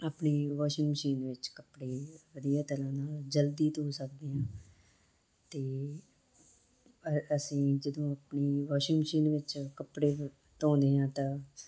ਅ ਆਪਣੀ ਵੋਸ਼ਿੰਗ ਵਿੱਚ ਕੱਪੜੇ ਵਧੀਆ ਤਰ੍ਹਾਂ ਨਾਲ ਜਲਦੀ ਧੋ ਸਕਦੇ ਹਾਂ ਅਤੇ ਅ ਅਸੀਂ ਜਦੋਂ ਆਪਣੀ ਵਾਸ਼ਿੰਗ ਮਸ਼ੀਨ ਵਿੱਚ ਕੱਪੜੇ ਧੋਂਦੇ ਆ ਤਾਂ